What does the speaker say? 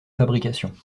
fabrication